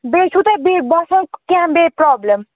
بیٚیہِ چھُو تۄہہِ بیٚیہِ باسان کیٚنٛہہ بیٚیہِ پرٛابلِم